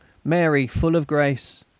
mary, full of grace.